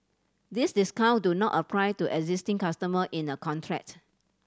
these discount do not apply to existing customer in a contract